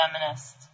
feminist